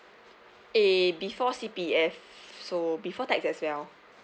eh before C_P_F so before tax as well